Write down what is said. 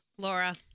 Laura